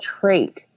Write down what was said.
trait